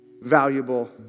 valuable